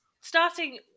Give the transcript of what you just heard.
starting